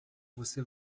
você